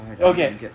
Okay